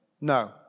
No